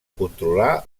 controlar